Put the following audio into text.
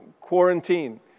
quarantine